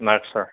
মাৰ্কছৰ